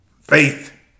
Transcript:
faith